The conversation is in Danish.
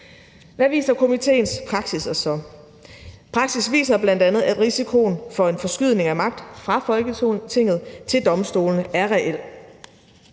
Hvad viser komitéens praksis os så? Praksis viser bl.a., at risikoen for en forskydning af magt fra Folketinget til domstolene er reel.